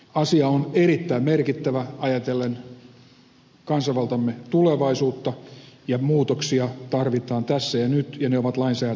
asia on erittäin merkittävä ajatellen kansanvaltamme tulevaisuutta ja muutoksia tarvitaan tässä ja nyt ja ne ovat lainsäädännöllä tehtävissä